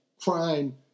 crime